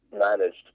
managed